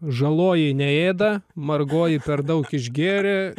žaloji neėda margoji per daug išgėrė